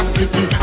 city